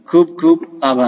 ખુબ ખુબ આભાર